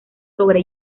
sobre